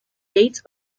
dates